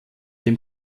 dem